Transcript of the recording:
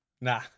nah